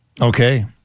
Okay